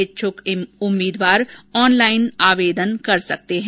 इच्छुक उम्मीदवार ऑनलाईन आवेदन कर सकते है